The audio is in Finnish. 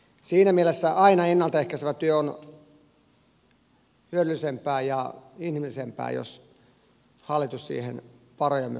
siinä mielessä aina ennalta ehkäisevä työ on hyödyllisempää ja inhimillisempää jos hallitus siihen varoja myös osoittaa